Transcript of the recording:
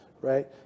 right